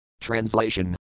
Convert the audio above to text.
Translation